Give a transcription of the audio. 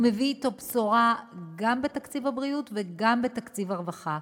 הוא מביא אתו בשורה גם בתקציב הבריאות וגם בתקציב הרווחה.